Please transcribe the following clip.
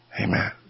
Amen